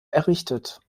errichtet